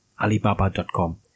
alibaba.com